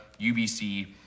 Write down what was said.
ubc